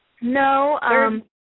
No